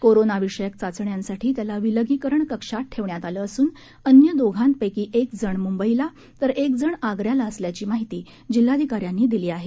कोरोनाविषयक चाचण्यांसाठी त्याला विलगीकरण कक्षात ठेवण्यात आलं असून अन्य दोघांपैकी एक जण मुंबईला तर एक जण आग्र्याला असल्याची माहिती जिल्हाधिकाऱ्यांनी दिली आहे